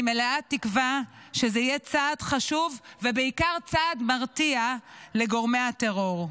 אני מלאת תקווה שזה יהיה צעד חשוב ובעיקר צעד מרתיע לגורמי הטרור.